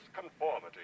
conformity